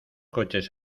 coches